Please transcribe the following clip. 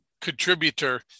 contributor